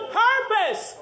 purpose